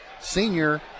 senior